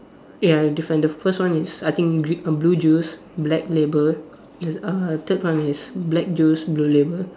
ya different the first one is I think gr~ blue juice black label uh third one is black juice blue label